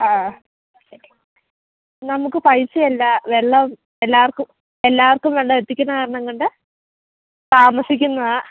ആ നമുക്ക് പൈസയല്ല വെള്ളം എല്ലാവർക്കും എല്ലാവർക്കും വെള്ളമെത്തിക്കുന്നത് കാരണം കൊണ്ട് താമസിക്കുന്നതാണ്